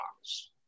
box